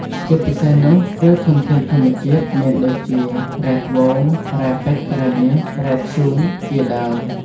ជាពិសេសនោះ គឺធនធានធម្មជាតិ មានដូចជា រ៉ែត្បូង រ៉ែពេជ្រ រ៉ែមាស រ៉ែធ្យូង ជាដើម។